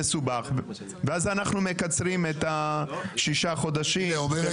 ואז אנחנו מקצרים את השישה חודשים של המתנה.